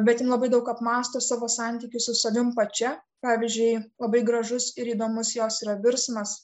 bet jin labai daug apmąsto savo santykius su savim pačia pavyzdžiui labai gražus ir įdomus jos yra virsmas